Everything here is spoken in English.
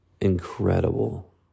incredible